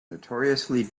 notoriously